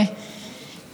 זיכרונו לברכה.